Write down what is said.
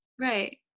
right